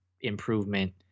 improvement